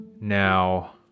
now